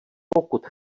pokud